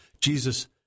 Jesus